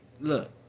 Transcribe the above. look